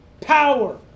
power